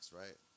right